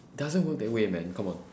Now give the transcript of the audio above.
doesn't work that way man come on